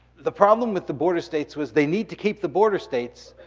the problem with the border states was they need to keep the border states,